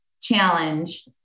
challenge